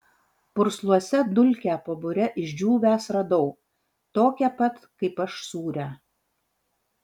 pursluose dulkę po bure išdžiūvęs radau tokią pat kaip aš sūrią